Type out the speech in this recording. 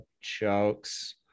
jokes